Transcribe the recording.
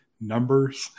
numbers